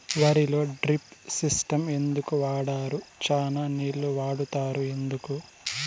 వరిలో drip system ఎందుకు వాడరు? చానా నీళ్లు వాడుతారు ఎందుకు?